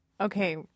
Okay